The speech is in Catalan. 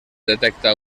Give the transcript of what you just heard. detecta